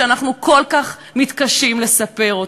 שאנחנו כל כך מתקשים לספר.